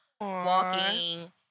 walking